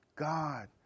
God